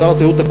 שר התיירות מה?